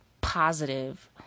positive